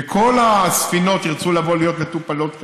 וכל הספינות ירצו לבוא להיות מטופלות כאן.